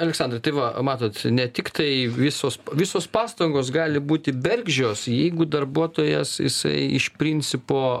aleksandrai tai va matot ne tiktai visos visos pastangos gali būti bergždžios jeigu darbuotojas jisai iš principo